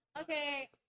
Okay